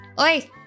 Oi